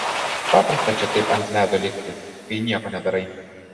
paprasta čia taip ant ledo likti kai nieko nedarai